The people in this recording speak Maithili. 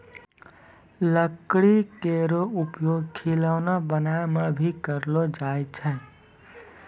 लकड़ी केरो उपयोग खिलौना बनाय म भी करलो जाय छै